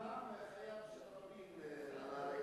גם חייו של רבין,